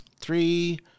three